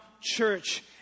church